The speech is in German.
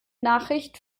nachricht